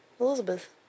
Elizabeth